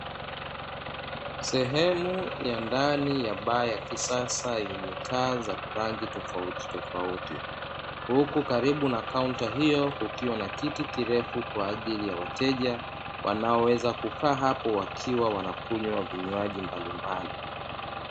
Sehemu ya ndani ya baa ya kisasa yenye taa za rangi tofautitofauti, huku karibu na kaunta hiyo kukiwa na kiti kirefu kwa ajili ya wateja wanaoweza kukaa hapo wakiwa wanakunywa vinywaji mbalimbali.